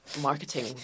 marketing